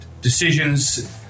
decisions